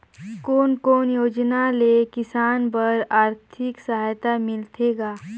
कोन कोन योजना ले किसान बर आरथिक सहायता मिलथे ग?